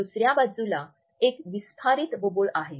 दुसर्या बाजूला एक विस्फारित बुबुळ आहे